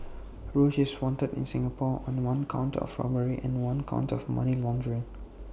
roach is wanted in Singapore on one count of robbery and one count of money laundering